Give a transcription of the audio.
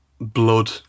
Blood